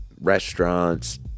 restaurants